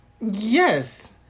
Yes